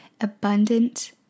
abundant